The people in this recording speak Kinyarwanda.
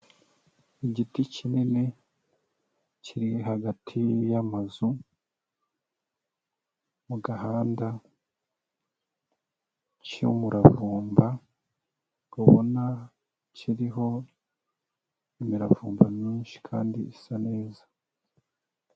Igiti kinini kiri hagati y'amazu, mu gahanda cy'umuravumba, ubona kiriho imiravumba myinshi kandi isa neza.